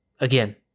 Again